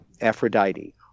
Aphrodite